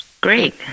Great